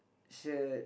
shirt